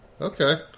Okay